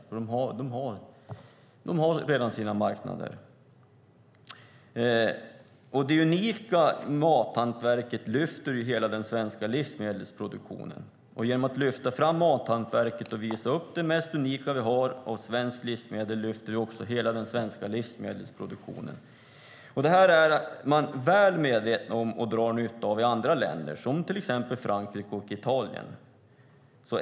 Där har man redan sina marknader. Det unika mathantverket lyfter hela den svenska livsmedelsproduktionen. Genom att lyfta fram mathantverket och visa upp det mest unika vi har av svenska livsmedel lyfter vi också hela den svenska livsmedelsproduktionen. Det är man väl medveten om och drar nytta av i andra länder, som till exempel Frankrike och Italien.